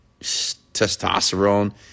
testosterone